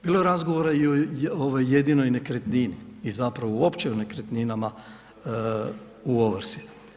Bilo je razgovora i o jedinoj nekretnini i zapravo uopće o nekretninama u ovrsi.